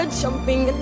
jumping